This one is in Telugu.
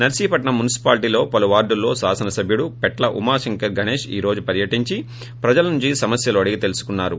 నర్పీపట్నం మున్సిపాలిటీలోని పలు వార్డుల్లో శాసనసభ్యుడు పెట్ల ఉమాశంకర్ గణేష్ ఈ రోజు పర్యటించి ప్రజల నుంచి సమస్యలు అడిగి తెలుసుకున్నారు